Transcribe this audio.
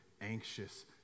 anxious